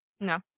No